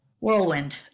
Whirlwind